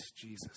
Jesus